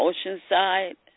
Oceanside